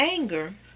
Anger